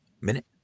Minute